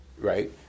Right